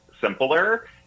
simpler